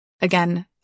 Again